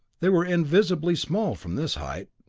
they were invisibly small from this height.